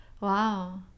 Wow